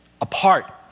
apart